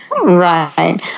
right